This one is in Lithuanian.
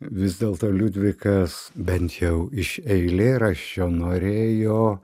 vis dėlto liudvikas bent jau iš eilėraščio norėjo